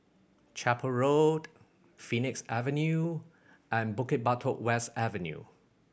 Chapel Road Phoenix Avenue and Bukit Batok West Avenue